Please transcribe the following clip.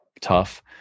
tough